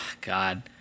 God